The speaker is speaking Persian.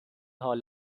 حال